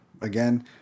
again